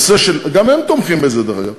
גם הם תומכים בזה, דרך אגב.